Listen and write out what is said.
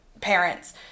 parents